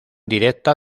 directa